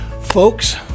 folks